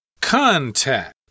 contact